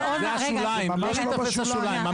זה ממש לא בשוליים.